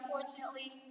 unfortunately